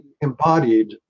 embodied